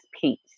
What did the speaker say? peace